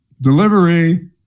delivery